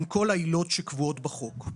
עם כל העילות שקבועות בחוק.